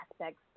aspects